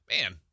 man